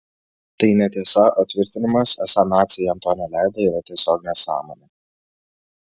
tai netiesa o tvirtinimas esą naciai jam to neleido yra tiesiog nesąmonė